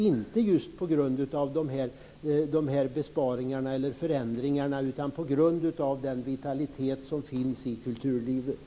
Det kommer vi inte att göra just på grund av de här besparingarna eller förändringarna, utan på grund av den vitalitet som finns i kulturlivet.